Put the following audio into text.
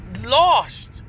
lost